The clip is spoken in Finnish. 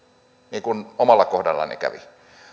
niin kuin omalla kohdallani kävi